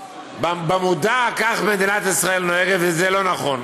במודע כך מדינת ישראל נוהגת, וזה לא נכון.